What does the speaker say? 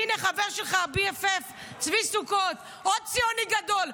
הינה חבר שלך, BFF, צבי סוכות, עוד ציוני גדול.